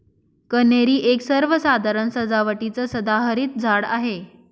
कन्हेरी एक सर्वसाधारण सजावटीचं सदाहरित झाड आहे